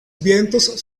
vientos